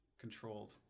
controlled